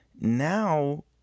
now